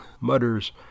mutters